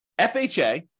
FHA